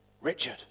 Richard